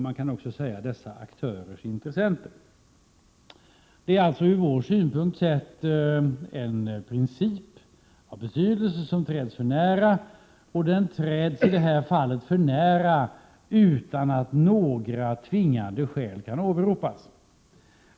Man kan också säga dessa aktörers intressenter. Det är alltså från vår synpunkt en princip av betydelse som här träds för nära. Den träds i detta fall för nära utan att några tvingande skäl kan åberopas.